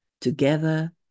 Together